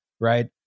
right